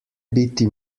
biti